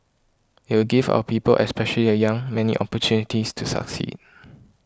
it will give our people especially the young many opportunities to succeed